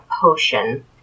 potion